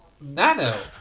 Nano